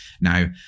Now